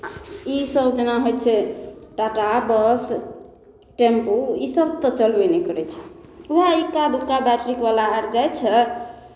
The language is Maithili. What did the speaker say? इसभ जेना होइ छै टाटा बस टेम्पू इसभ तऽ चलबे नहि करै छै उएह इक्का दुक्का बैट्रीकवला अर जाइ छै